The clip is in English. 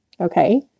okay